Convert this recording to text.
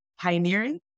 pioneering